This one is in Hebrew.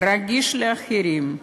רגיש לאחרים.